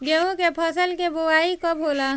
गेहूं के फसल के बोआई कब होला?